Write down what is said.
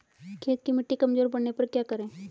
खेत की मिटी कमजोर पड़ने पर क्या करें?